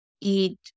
eat